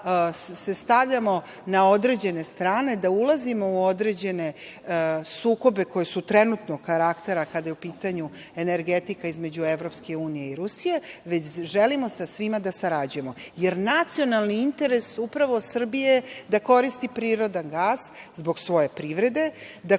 se stavljamo na određene strane, da ulazimo u određene sukobe koji su trenutnog karaktera kada je u pitanju energetika između EU i Rusije, već želimo sa svima da sarađujemo. Nacionalni interes Srbije je da koristi prirodni gas, zbog svoje privrede, da